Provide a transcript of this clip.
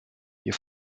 you